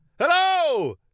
hello